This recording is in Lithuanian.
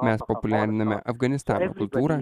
mes populiariname afganistano kultūrą